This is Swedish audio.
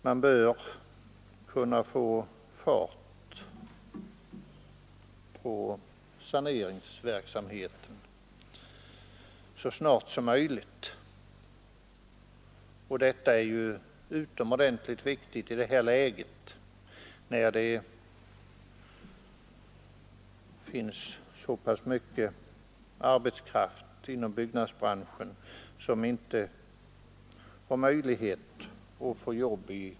Man bör kunna få fart på saneringsverksam heten så snart som möjligt, vilket är utomordentligt viktigt i ett läge då så många inom byggnadsbranschen inte har möjlighet att få jobb.